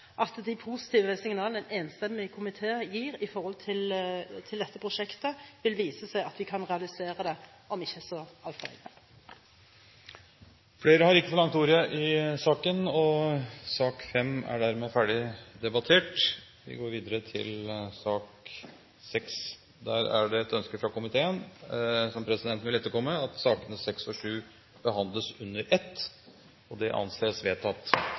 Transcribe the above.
at de positive signalene en enstemmig komité gir når det gjelder dette prosjektet, viser at vi kan realisere det om ikke så altfor lenge. Flere har ikke bedt om ordet til sak nr. 5. Etter ønske fra energi- og miljøkomiteen vil presidenten foreslå at sakene nr. 6 og 7 behandles under ett – og det anses vedtatt.